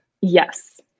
Yes